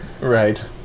Right